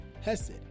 HESED